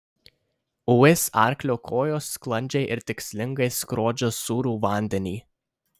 uis arklio kojos sklandžiai ir tikslingai skrodžia sūrų vandenį